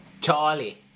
Charlie